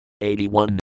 81